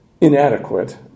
inadequate